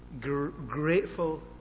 grateful